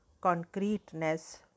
concreteness